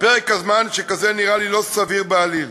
פרק זמן שכזה נראה לי לא סביר בעליל.